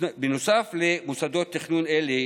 נוסף על מוסדות תכנון אלה